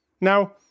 Now